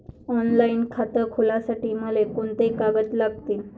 Online खातं खोलासाठी मले कोंते कागद लागतील?